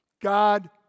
God